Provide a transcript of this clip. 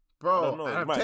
bro